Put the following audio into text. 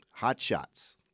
hotshots